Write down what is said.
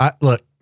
Look